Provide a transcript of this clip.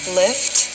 lift